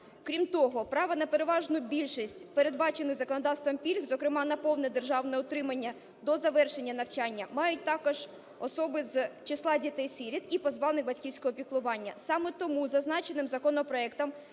Крім того, право на переважну більшість передбачених законодавством пільг, зокрема на повне державне утримання до завершення навчання, мають також особи з числа дітей-сиріт і позбавлених батьківського піклування. Саме тому зазначеним законопроектом